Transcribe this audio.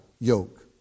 yoke